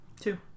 Two